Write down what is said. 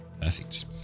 Perfect